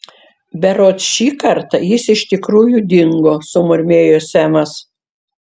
berods šį kartą jis iš tikrųjų dingo sumurmėjo semas